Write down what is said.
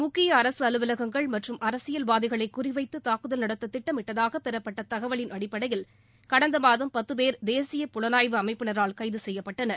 முக்கிய அரசு அலுவலகங்கள் மற்றும் அரசியல்வாதிகளை குறி வைத்து தாக்குதல் நடத்த திட்டமிட்டதாக பெறப்பட்ட தகவலின் அடிப்படையில் கடந்த மாதம் பத்து பேர் தேசிய புலனாய்வு அமைப்பினரால் கைது செய்யப்பட்டனர்